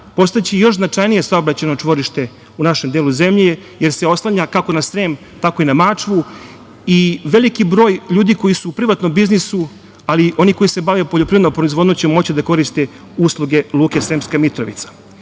postaće još značajnije saobraćajno čvorište u našem delom zemlje, jer se oslanja kako na Srem, tako i na Mačvu. Veliki broj ljudi koji su u privatnom biznisu, ali i onih koji se bave poljoprivrednom proizvodnjom će moći da koriste usluge Luke Sremska Mitrovica. Dragi